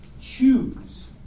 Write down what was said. choose